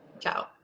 ciao